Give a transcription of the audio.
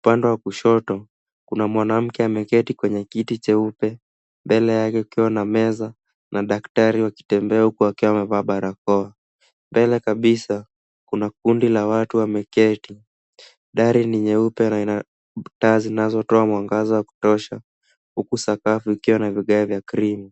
Upande wa kushoto kuna mwanamke ameketi kwenye kiti cheupe mbele yake kukiwa na meza na daktari wakitembea huku wakiwa wamevaa barakoa. Mbele kabisa kuna kundi la watu wameketi. Dari ni nyeupe na ina taa zinazotoa mwangaza wa kutosha. Huku sakafu ikiwa na vigae vya cream .